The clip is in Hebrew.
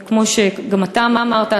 כמו שגם אתה אמרת,